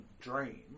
dream